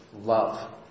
love